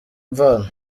imvano